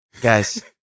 Guys